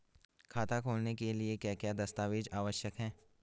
खाता खोलने के लिए क्या क्या दस्तावेज़ आवश्यक हैं?